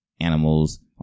animals